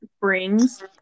brings